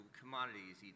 commodities